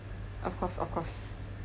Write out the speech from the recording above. of course of course